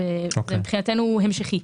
מבחינתנו זה המשכי.